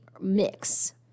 mix